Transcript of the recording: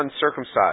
uncircumcised